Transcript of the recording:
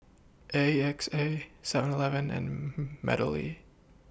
A X A Seven Eleven and Meadowlea